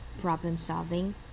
problem-solving